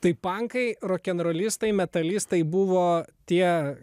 tai pankai rokenrolistai metalistai buvo tie